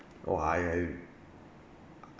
oh I I